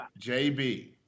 JB